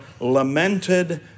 lamented